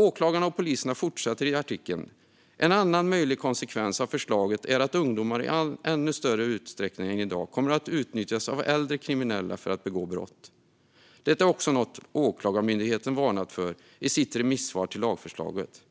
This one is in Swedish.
Åklagarna och polisen fortsätter i artikeln: En annan möjlig konsekvens av förslaget är att ungdomar i ännu större utsträckning än i dag kommer att utnyttjas av äldre kriminella för att begå brott. Detta är också något som Åklagarmyndigheten varnat för i sitt remissvar till lagförslaget.